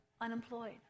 Unemployed